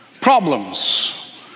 problems